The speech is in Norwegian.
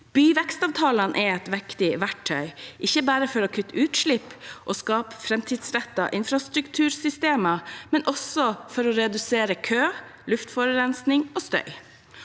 Byvekstavtalene er et viktig verktøy, ikke bare for å kutte utslipp og skape framtidsrettede infrastruktursystemer, men også for å redusere kø, luftforurensning og støy.